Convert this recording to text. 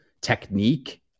technique